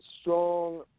strong